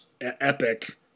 epic